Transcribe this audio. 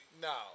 No